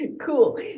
Cool